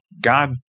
God